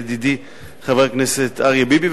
ידידי חבר הכנסת אריה ביבי,